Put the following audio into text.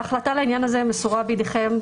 ההחלטה לעניין הזה מסורה בידיכם,